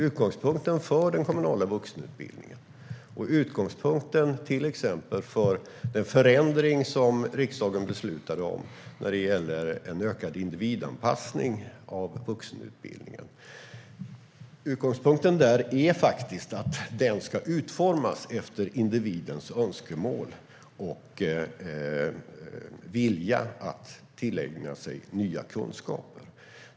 Utgångspunkten för den kommunala vuxenutbildningen och till exempel för den förändring som riksdagen beslutade om när det gäller en ökad individanpassning av vuxenutbildningen är nämligen att den ska utformas efter individens önskemål och vilja att tillägna sig nya kunskaper.